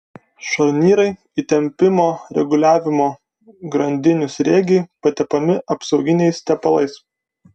šarnyrai įtempimo reguliavimo grandinių sriegiai patepami apsauginiais tepalais